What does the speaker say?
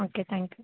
okay thank you